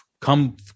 come